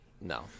no